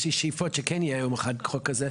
יש לי שאיפות שכן יהיה יום אחד חוק כזה.